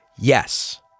yes